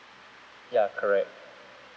ya correct